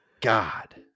God